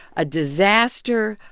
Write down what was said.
a disaster,